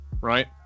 right